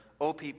OPP